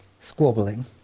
squabbling